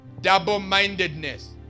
double-mindedness